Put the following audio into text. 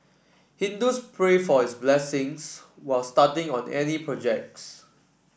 Hindus pray for his blessings was starting on any projects